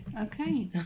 okay